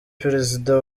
perezida